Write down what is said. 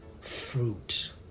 fruit